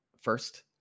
first